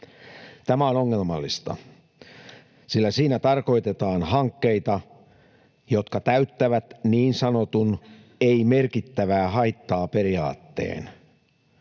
Tämä on ongelmallista, sillä siinä tarkoitetaan hankkeita, jotka täyttävät niin sanotun ei merkittävää haittaa ‑periaatteen.